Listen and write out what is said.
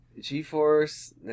G-Force